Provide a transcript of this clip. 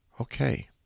Okay